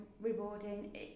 rewarding